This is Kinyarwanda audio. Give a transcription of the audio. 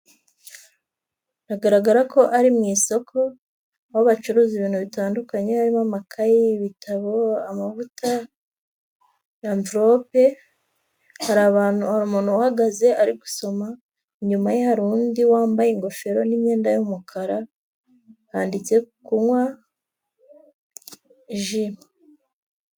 Biragaragara ko ari mu isoko aho bacuruza ibintu bitandukanye, harimo amakaye, ibitabo, amavuta, amvirope, hari abantu hari umuntu uhagaze ari gusoma, inyuma ye hari undi wambaye ingofero n'imyenda y'umukara, handitse kunywa ji.